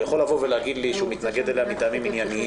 הוא יכול להגיד לי שהוא מתנגד אליה מטעמים ענייניים,